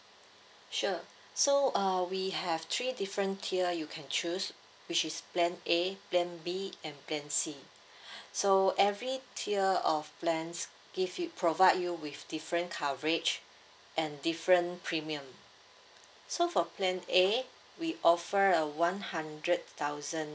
sure so uh we have three different tier you can choose which is plan A plan B and plan C so every tier of plans give you provide you with different coverage and different premium so for plan A we offer a one hundred thousand